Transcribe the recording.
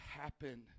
happen